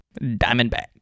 Diamondback